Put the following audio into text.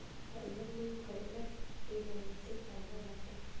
हरिहर मुंग खईला के बहुते फायदा बाटे